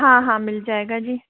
हाँ हाँ मिल जाएगा जी